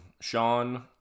Sean